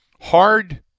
hard